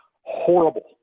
horrible